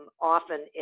often